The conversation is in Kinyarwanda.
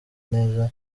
neza